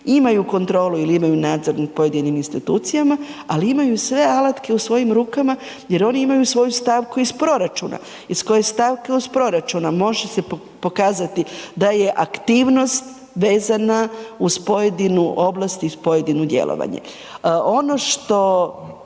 imaju kontrolu ili imaju nadzor nad pojedinim institucijama ali imaju i sve alatke u svojim rukama jer oni imaju svoju stavku iz proračuna iz koje stavke iz proračuna može se pokazati da je aktivnost vezana uz pojedinu oblasti i uz pojedino djelovanje. Ono što